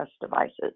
devices